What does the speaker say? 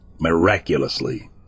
Miraculously